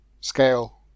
scale